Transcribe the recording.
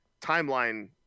timeline